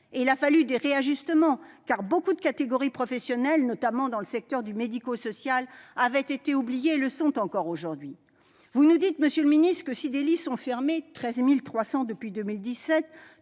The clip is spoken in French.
Et il a fallu des réajustements, car beaucoup de catégories professionnelles, notamment dans le secteur médico-social, avaient été oubliées et le sont encore aujourd'hui. Vous nous dites, monsieur le ministre, que si des lits sont fermés- 13 300 depuis 2017,